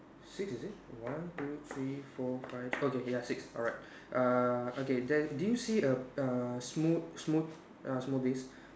six is it one two three four five okay ya six alright uh okay then do you see a uh uh smooth~ smooth~ uh smoothies